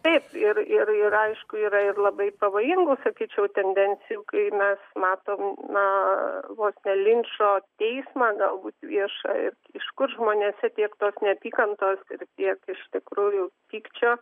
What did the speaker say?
taip ir ir ir aišku yra ir labai pavojingų sakyčiau tendencijų kai mes matom na vos ne linčo teismą galbūt viešą ir iš kur žmonėse tiek tos neapykantos ir tiek iš tikrųjų pykčio